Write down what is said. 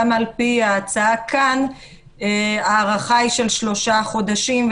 גם על פי ההצעה כאן ההארכה היא של שלושה חודשים,